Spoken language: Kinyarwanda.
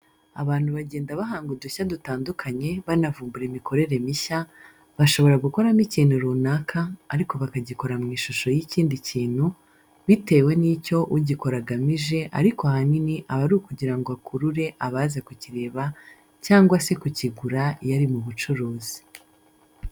Abantu bagenda bahanga udushya dutandukanye banavumbura imikorere mishya, bashobora gukoramo ikintu runaka ariko bakagikora mu ishusho y'ikindi kintu bitewe n'icyo ugikora agamije ariko ahanini aba ari ukugira ngo akurure abaza kukireba cyangwa se kukigura iyo ari mu bucuruzi.